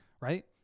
Right